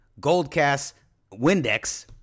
GoldCastWindex